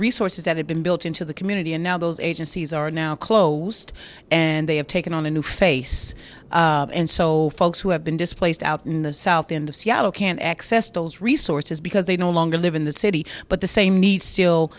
resources that have been built into the community and now those agencies are now closed and they have taken on a new face and so folks who have been displaced out in the south end of seattle can't access to those resources because they no longer live in the city but the same need still